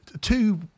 two